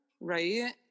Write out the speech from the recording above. right